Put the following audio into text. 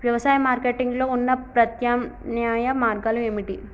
వ్యవసాయ మార్కెటింగ్ లో ఉన్న ప్రత్యామ్నాయ మార్గాలు ఏమిటి?